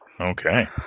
Okay